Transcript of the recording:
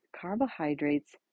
carbohydrates